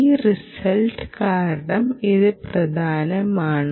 ഈ റിസൾട്ട് കാരണം ഇത് പ്രധാനമാണ്